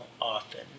often